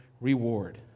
reward